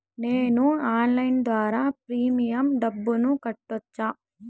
నేను ఆన్లైన్ ద్వారా ప్రీమియం డబ్బును కట్టొచ్చా?